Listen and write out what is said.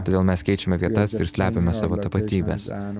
todėl mes keičiame vietas ir slepiame savo tapatybes